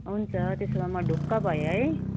हुन्छ त्यसो भए म ढुक्क भएँ है